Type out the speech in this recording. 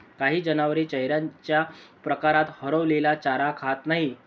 काही जनावरे चाऱ्याच्या प्रकारात हरवलेला चारा खात नाहीत